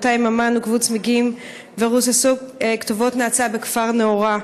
באותה יממה נוקבו צמיגים ורוססו כתובות נאצה בכפר נאעורה,